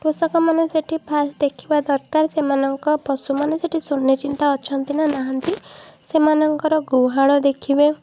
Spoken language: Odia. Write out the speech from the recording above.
କୃଷକମାନେ ସେଇଠି ଫାଷ୍ଟ୍ ଦେଖିବା ଦରକାର ସେମାନଙ୍କ ପଶୁମାନେ ସେଇଠି ସୁନିଶ୍ଚିତ ଅଛନ୍ତି ନ ନାହାନ୍ତି ସେମାନଙ୍କର ଗୁହାଳ ଦେଖିବେ